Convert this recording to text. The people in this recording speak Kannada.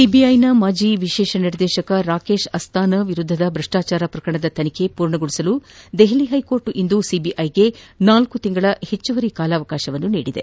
ಸಿಬಿಐನ ಮಾಜಿ ವಿಶೇಷ ನಿರ್ದೇಶಕ ರಾಕೇಶ್ ಅಸ್ತಾನಾ ವಿರುದ್ದದ ಭ್ರಷ್ಟಾಚಾರ ಪ್ರಕರಣದ ತನಿಖೆ ಪೂರ್ಣಗೊಳಿಸಲು ದೆಹಲಿ ಹೈಕೋರ್ಟ್ ಇಂದು ಸಿಬಿಐಗೆ ನಾಲ್ಕು ತಿಂಗಳ ಹೆಚ್ಚುವರಿ ಕಾಲಾವಕಾಶ ನೀಡಿದೆ